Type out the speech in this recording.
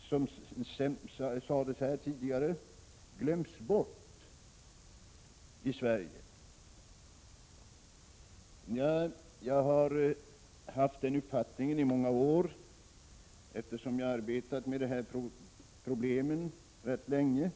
som sades här tidigare, glömts bort i Sverige. Jag har haft den uppfattningen i många år, eftersom jag har arbetat med dessa problem rätt länge.